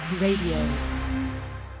Radio